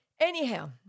Anyhow